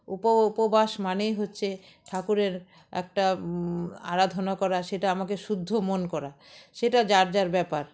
উপ উপবাস মানেই হচ্ছে ঠাকুরের একটা আরাধনা করা সেটা আমাকে শুদ্ধ মন করা সেটা যার যার ব্যাপার